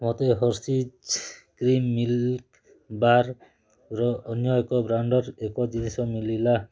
ମୋତେ Hershey's cream milk ବାର୍ର ଅନ୍ୟ ଏକ ବ୍ରାଣ୍ଡ୍ର ଏକ ଜିନିଷ ମିଳିଲା